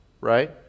Right